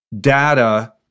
data